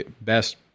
best